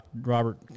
Robert